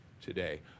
today